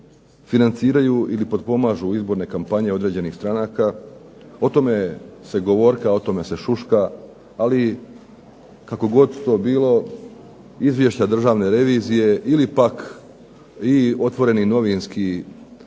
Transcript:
financiraju ili potpomažu izborne kampanje određenih stranaka. O tome se govorka, o tome se šuška. Ali kako god to bilo izvješća Državne revizije ili pak i otvoreni novinski napisi